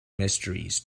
mysteries